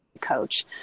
coach